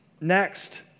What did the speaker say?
Next